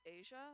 Asia